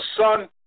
Son